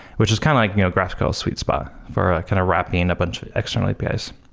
which is kind of like graphql's sweet spot for kind of wrapping a bunch of external apis.